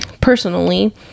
personally